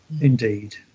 Indeed